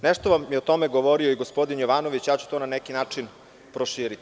Nešto vam je o tome govorio i gospodin Jovanović, ja ću to na neki način proširiti.